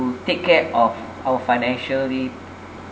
take care of our financially